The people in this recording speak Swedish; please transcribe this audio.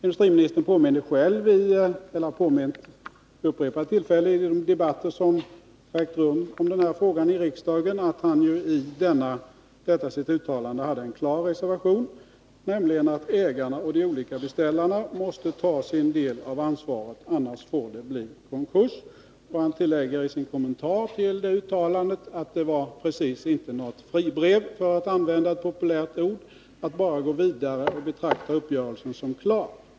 Industriministern har själv vid upprepade tillfällen i de debatter som har ägt rum om denna fråga i riksdagen påmint om att hani detta sitt uttalande hade en klar reservation, nämligen att ägaren och de olika beställarna måste ta sin del av ansvaret, annars fick det bli konkurs. Han tillägger i sin kommentar till uttalandet att det inte precis var något fribrev — för att använda ett populärt ord — att bara gå vidare och betrakta uppgörelsen som klar.